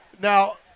Now